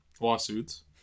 lawsuits